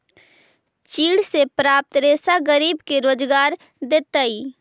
चीड़ से प्राप्त रेशा गरीब के रोजगार देतइ